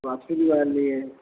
वापसी वाली है